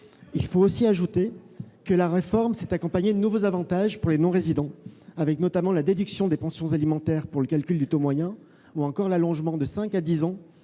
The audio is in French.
? La réforme, ajoutons-le, s'est accompagnée de nouveaux avantages pour les non-résidents, avec, notamment, la déduction des pensions alimentaires pour le calcul du taux moyen, ou encore l'allongement de cinq à dix ans